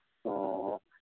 ꯑꯣ